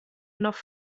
noch